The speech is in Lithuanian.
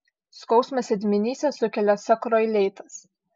skausmą sėdmenyse sukelia sakroileitas